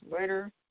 later